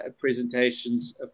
presentations